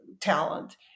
talent